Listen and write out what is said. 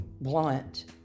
blunt